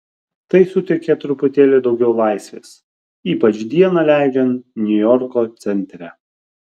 tai suteikia truputėlį daugiau laisvės ypač dieną leidžiant niujorko centre